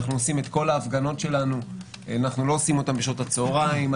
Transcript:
את כל ההפגנות שלנו אנחנו לא עושים בשעות הצוהריים,